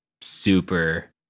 super